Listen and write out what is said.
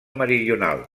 meridional